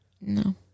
No